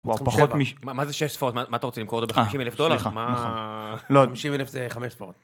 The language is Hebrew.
מה זה 6 ספרות מה אתה רוצה למכור את זה בחמישים אלף דולר, מה? סליחה נכון, לא 50 אלף זה 5 ספרות.